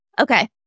okay